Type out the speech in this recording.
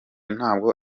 ntabwo